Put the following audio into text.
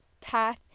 path